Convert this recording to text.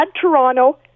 Toronto